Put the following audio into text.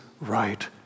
right